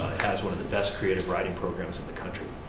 has one of the best creative writing programs in the country.